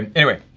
and anyway